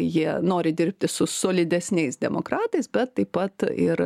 jie nori dirbti su solidesniais demokratais bet taip pat ir